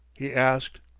he asked.